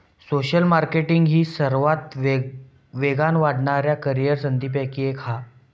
social marketing ही सर्वात वेगान वाढणाऱ्या करीअर संधींपैकी एक हा